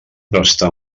prestar